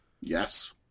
Yes